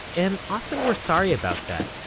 and often we're sorry about that,